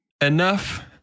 enough